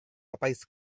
apaiz